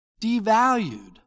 devalued